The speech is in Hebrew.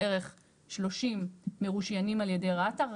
בערך 30 מרושיינים על ידי רת"א.